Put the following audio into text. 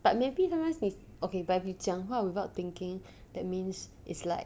but maybe sometimes 你 okay but 你讲话 without thinking that means is like